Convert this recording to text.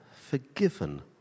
forgiven